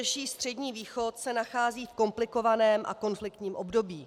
Širší Střední východ se nachází v komplikovaném a konfliktním období.